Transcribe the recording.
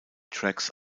tracks